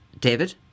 David